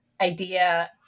idea